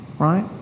Right